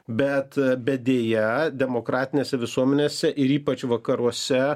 bet bet deja demokratinėse visuomenėse ir ypač vakaruose